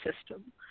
system